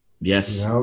Yes